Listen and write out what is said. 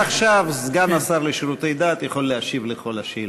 עכשיו סגן השר לשירותי דת יכול להשיב על כל השאלות.